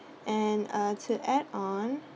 and uh to add on